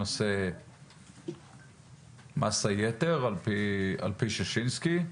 כלומר נושא מס היתר לפי ששינסקי,